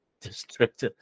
district